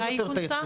מתי היא כונסה?